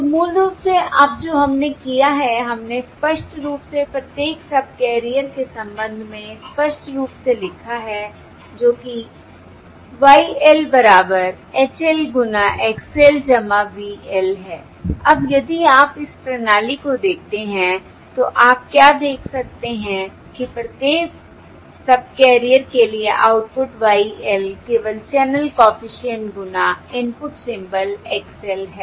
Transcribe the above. तो मूल रूप से अब जो हमने किया है हमने स्पष्ट रूप से प्रत्येक सबकैरियर के संबंध में स्पष्ट रूप से लिखा है जो कि Y l बराबर H l गुना X l V l हैI अब यदि आप इस प्रणाली को देखते हैं तो आप क्या देख सकते हैं कि प्रत्येक सबकैरियर के लिए आउटपुट Y l केवल चैनल कॉफिशिएंट गुना इनपुट सिंबल X l है